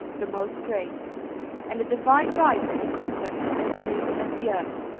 the most great and a divine right to the conquest and dominion of the earth.